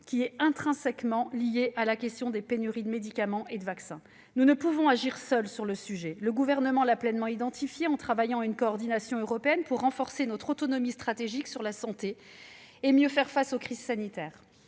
qui est intrinsèquement liée à la question des pénuries de médicaments et de vaccins. Nous ne pouvons agir seuls sur ce sujet. Le Gouvernement a pleinement identifié ce point, en travaillant à une coordination européenne pour renforcer notre autonomie stratégique en matière de santé et mieux faire face aux crises sanitaires.